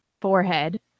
forehead